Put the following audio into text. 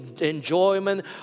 enjoyment